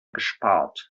gespart